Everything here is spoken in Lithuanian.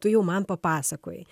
tu jau man papasakojai